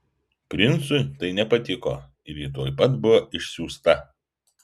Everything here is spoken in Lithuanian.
princui tai nepatiko ir ji tuoj pat buvo išsiųsta